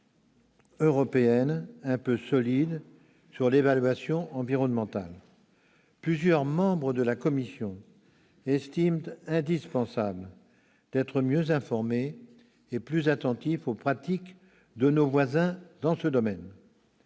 un peu solide sur l'évaluation environnementale ? Plusieurs membres de la commission estiment indispensable d'être mieux informés et plus attentifs aux pratiques de nos voisins dans ce domaine.